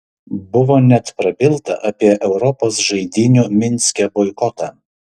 buvo net prabilta apie europos žaidynių minske boikotą